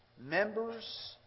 Members